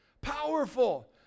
Powerful